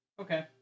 Okay